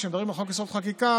כשמדברים על חוק-יסוד: חקיקה,